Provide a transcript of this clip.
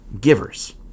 givers